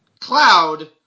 Cloud